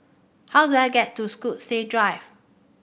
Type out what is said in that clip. how do I get to Stokesay Drive